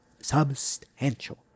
substantial